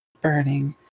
burning